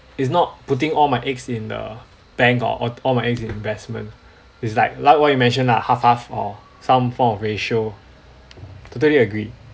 it's not putting all my eggs in the bank or all my eggs in investment it's like like what you mentioned lah half half or some form of ratio totally agree